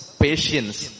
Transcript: patience